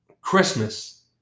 Christmas